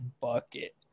bucket